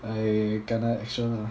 I kena extra lah